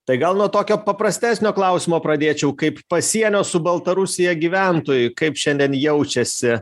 tai gal nuo tokio paprastesnio klausimo pradėčiau kaip pasienio su baltarusija gyventojai kaip šiandien jaučiasi